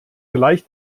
gleich